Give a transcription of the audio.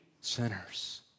sinners